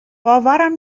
باورم